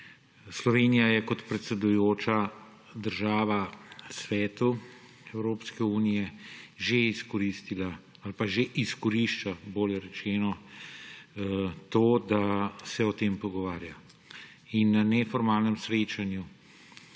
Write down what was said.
Slovenija je kot predsedujoča država Svetu Evropske unije že izkoristila ali pa že izkorišča, bolje rečeno, to, da se o tem pogovarja. In na neformalnem srečanju,